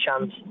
chance